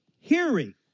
hearing